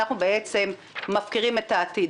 אנחנו בעצם מפקירים את העתיד.